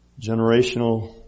generational